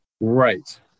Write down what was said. Right